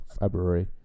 February